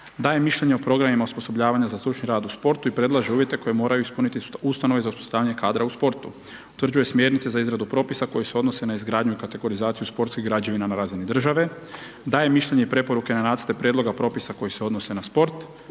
daje mišljenje o programima osposobljavanja za stručni rad u sportu i predlaže uvjete koji moraju ispuniti ustanove za osposobljavanje kadra u sportu, utvrđuje smjernice za izradu propisa koji se odnose na izgradnju, kategorizaciju sportskih građevina na razini države, daje mišljenje i preporuke na nacrte prijedloga propisa koji se odnose na sport,